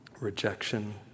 Rejection